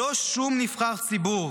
לא שום נבחר ציבור,